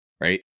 right